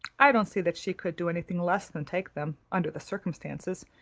i don't see that she could do anything less than take them, under the circumstances,